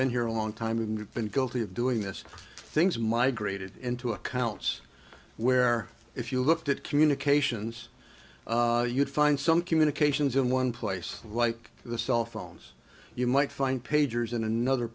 been here a long time and we've been guilty of doing this things migrated into accounts where if you looked at communications you'd find some communications in one place like the cell phones you might find pagers in another